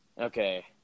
Okay